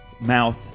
mouth